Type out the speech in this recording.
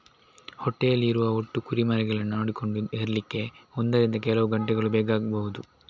ಹೊಟ್ಟೆಯಲ್ಲಿ ಇರುವ ಒಟ್ಟು ಕುರಿಮರಿಗಳನ್ನ ನೋಡಿಕೊಂಡು ಹೆರ್ಲಿಕ್ಕೆ ಒಂದರಿಂದ ಕೆಲವು ಗಂಟೆಗಳು ಬೇಕಾಗ್ಬಹುದು